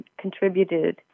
contributed